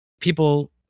people